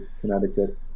Connecticut